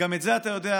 גם את זה אתה יודע,